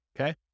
Okay